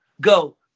go